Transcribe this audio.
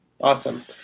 Awesome